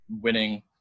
winning